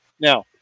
Now